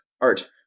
art